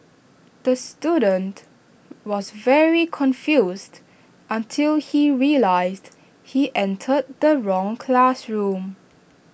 the student was very confused until he realised he entered the wrong classroom